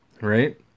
right